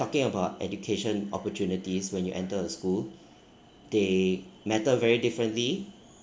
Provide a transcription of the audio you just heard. talking about education opportunities when you enter a school they matter very differently